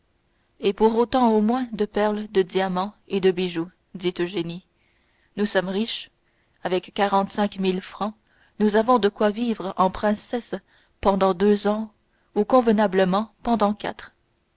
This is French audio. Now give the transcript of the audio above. et pour autant au moins de perles de diamants et bijoux dit eugénie nous sommes riches avec quarante-cinq mille francs nous avons de quoi vivre en princesses pendant deux ans ou convenablement pendant quatre